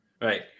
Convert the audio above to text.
right